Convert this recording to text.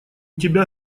тебя